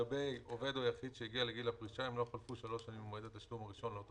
ובגלל שאין להם משכורת מלאה בצד ההפרשות האלה הם ממוסים באופן מלא,